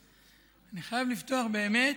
אני חייב לפתוח באמת